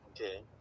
Okay